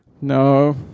No